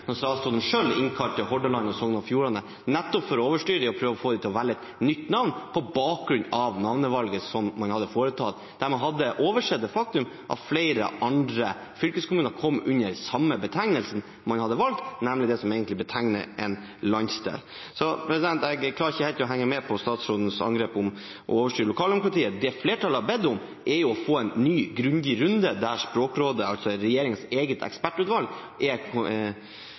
når statsråden selv innkalte Hordaland og Sogn og Fjordane nettopp for å overstyre dem og få dem til å velge et nytt navn, på bakgrunn av navnevalget man hadde foretatt. De hadde oversett det faktum at flere andre fylkeskommuner kom inn under den samme betegnelsen som man hadde valgt, nemlig det som egentlig betegner en landsdel. Jeg klarer ikke helt å henge med på statsrådens angrep om å overstyre lokaldemokratiet. Det flertallet har bedt om, er å få en ny grundig runde der Språkrådet, regjeringens eget ekspertutvalg, er